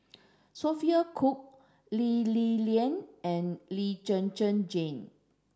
Sophia Cooke Lee Li Lian and Lee Zhen Zhen Jane